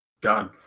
God